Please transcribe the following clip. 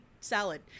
salad